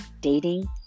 dating